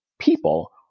people